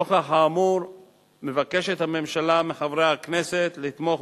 נוכח האמור מבקשת הממשלה מחברי הכנסת לתמוך